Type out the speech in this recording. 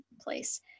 place